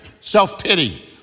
self-pity